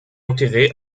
enterrée